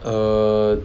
err